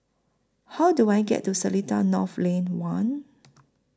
How Do I get to Seletar North Lane one